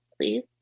please